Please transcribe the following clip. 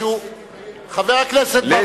חבר הכנסת בר-און.